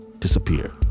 Disappear